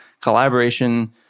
collaboration